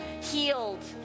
Healed